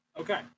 Okay